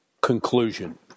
Conclusion